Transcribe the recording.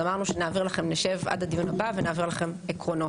אז אמרנו שנשב עד הדיון הבא ונעביר לכם עקרונות.